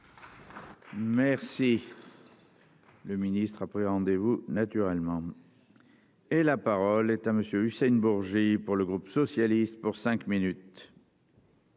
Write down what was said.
Merci. Le ministre a pris rendez-vous naturellement. Et la parole est à monsieur Hussein Bourgi pour le groupe socialiste pour cinq minutes.